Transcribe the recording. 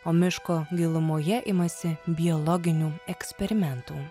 o miško gilumoje imasi biologinių eksperimentų